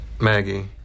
Maggie